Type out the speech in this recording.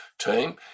team